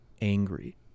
angry